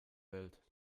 welt